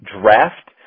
draft